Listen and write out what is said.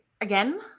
again